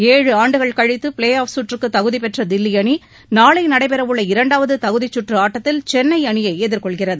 எழு ஆண்டுகள் கழித்து ப்ளே ஆப் கற்றுக்கு தகுதி பெற்ற தில்லி அணி நாளை நடைபெறவுள்ள இரண்டாவது தகுதிச் கற்று ஆட்டத்தில் சென்னை அணியை எதிர்கொள்கிறது